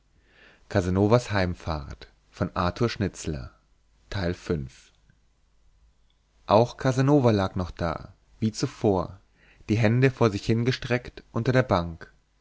auch casanova lag noch da wie zuvor die hände vor sich hingestreckt unter der bank